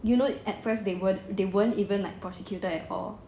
you know at first they weren't they weren't even like prosecuted at all